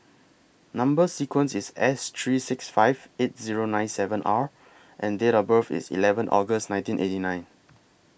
Number sequence IS S three six five eight Zero nine seven R and Date of birth IS eleven August nineteen eighty nine